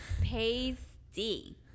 pasty